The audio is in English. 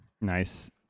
nice